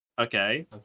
Okay